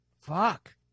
Fuck